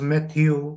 Matthew